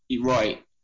right